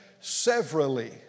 severally